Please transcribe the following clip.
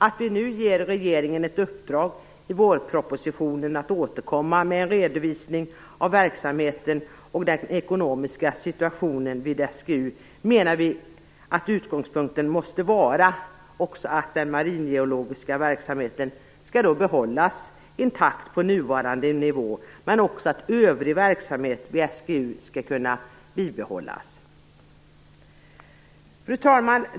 När vi nu ger regeringen ett uppdrag att i vårpropositionen återkomma med en redovisning av verksamheten och den ekonomiska situationen vid SGU menar vi att utgångspunkten måste vara att den maringeologiska verksamheten skall behållas intakt på nuvarande nivå, men också att övrig verksamhet hos SGU skall bibehållas. Fru talman!